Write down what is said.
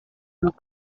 and